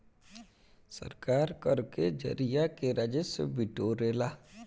सरकार कर के जरिया से राजस्व बिटोरेला